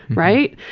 right?